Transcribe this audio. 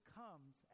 comes